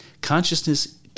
Consciousness